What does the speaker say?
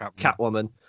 Catwoman